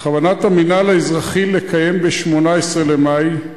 בכוונת המינהל האזרחי לקיים ב-18 במאי 2011,